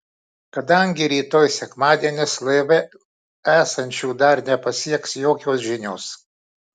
kadangi rytoj sekmadienis laive esančių dar nepasieks jokios žinios